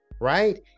right